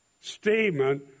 statement